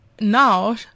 now